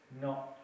No